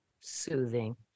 soothing